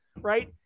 right